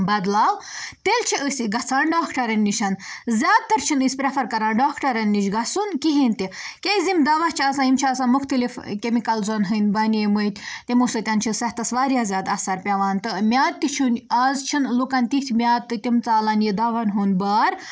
بَدلاو تیٚلہِ چھِ أسۍ گژھان ڈاکٹَرَن نِش زیادٕ تَر چھِنہٕ أسۍ پرٛیفَر کَران ڈاکٹَرَن نِش گژھُن کِہیٖنٛۍ تہِ کیٛازِ یِم دَوا چھِ آسان یِم چھِ آسان مُختلِف کیٚمِکَلزَن ہٕنٛدۍ بَنیمٕتۍ تِمو سۭتٮ۪ن چھِ صحتَس واریاہ زیادٕ اَثر پٮ۪وان تہٕ میادٕ تہِ چھُنہٕ اَز چھِنہٕ لُکَن تِتھۍ میادٕ تہٕ تِم ژالَن یہِ دَوَاہَن ہُنٛد بار